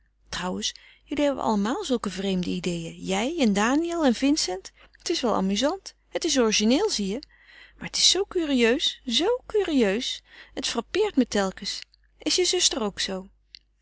trouwens jullie hebben allemaal zulke vreemde ideeën jij en daniël en vincent het is wel amuzant het is origineel zie je maar het is curieus zoo curieus het frappeert me telkens is je zuster ook zoo